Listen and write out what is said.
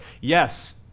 Yes